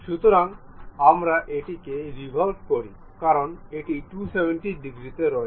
সুতরাং আমরা এটিকে রেভল্ভ করি কারণ এটি 270 ডিগ্রিতে রয়েছে